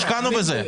השקענו בזה.